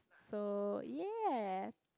so ya